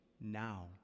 now